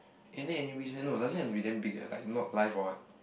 can take any risk meh no doesn't have to be damn big like not life or what